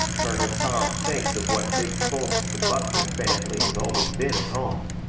colonel tom thinks of what big folks the buckner fambly has always been at home.